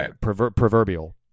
proverbial